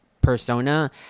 persona